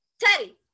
teddy